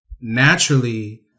naturally